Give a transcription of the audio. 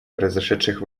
произошедших